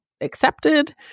accepted